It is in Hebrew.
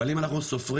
אבל אם אנחנו סופרים